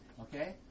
okay